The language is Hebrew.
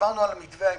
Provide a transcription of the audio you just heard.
דיברנו על מתווה ההמשך,